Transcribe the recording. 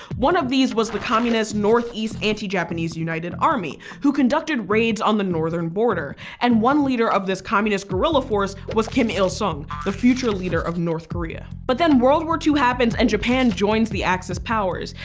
one of these was the communist northeast anti-japanese united army, who conducted raids on the northern border. and one leader of this communist guerrilla force was kim il-sung, the future leader of north korea. but then world war ii happens and japan joins the axis powers.